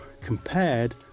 compared